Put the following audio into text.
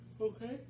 Okay